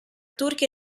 turchi